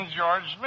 George